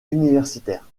universitaire